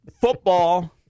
Football